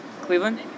Cleveland